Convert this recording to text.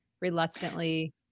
reluctantly